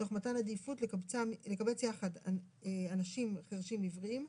תוך מתן עדיפות לקבץ יחד אנשים חירשים-עיוורים,